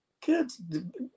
kids